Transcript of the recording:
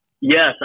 Yes